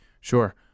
Sure